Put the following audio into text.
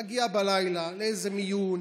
היא מגיעה בלילה לאיזה מיון,